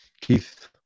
Keith